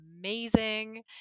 amazing